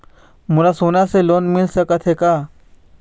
मोला सोना से लोन मिल सकत हे का?